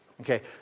Okay